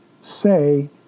say